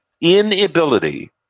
inability